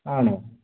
ആണോ